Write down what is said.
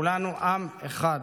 כולנו עם אחד".